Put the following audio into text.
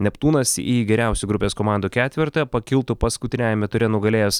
neptūnas į geriausių grupės komandų ketvertą pakiltų paskutiniajame ture nugalėjęs